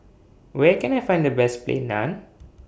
Where Can I Find The Best Plain Naan